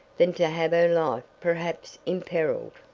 than to have her life perhaps imperiled.